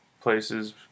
places